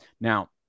Now